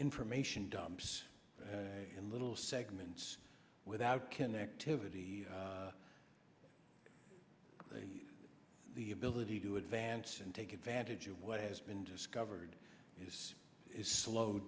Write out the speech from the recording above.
information dumps a little segments without connectivity they've the ability to advance and take advantage of what has been discovered is is slow